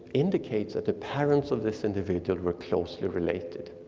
indicates that the parents of this individual were closely related.